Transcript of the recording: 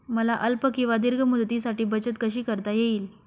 मला अल्प किंवा दीर्घ मुदतीसाठी बचत कशी करता येईल?